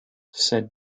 said